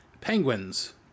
penguins